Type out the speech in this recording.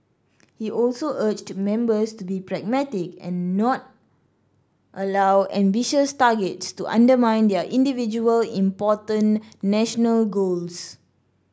he also urged members to be pragmatic and not allow ambitious targets to undermine their individual important national goals